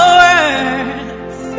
words